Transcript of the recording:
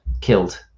killed